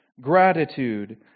gratitude